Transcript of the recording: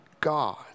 God